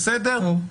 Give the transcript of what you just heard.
בסדר?